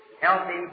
healthy